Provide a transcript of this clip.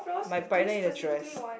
my partner in a dress